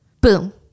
boom